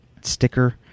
sticker